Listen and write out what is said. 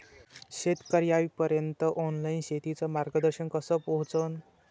शेतकर्याइपर्यंत ऑनलाईन शेतीचं मार्गदर्शन कस पोहोचन?